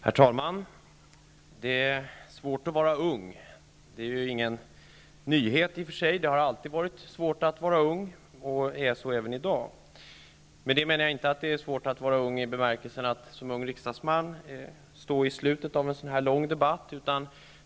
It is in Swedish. Herr talman! Det är svårt att vara ung. Det är ingen nyhet i och för sig. Det har alltid varit svårt att vara ung och så är det även i dag. Med det menar jag inte att det är svårt att i egenskap av ung riksdagsman komma in i slutet av en lång debatt.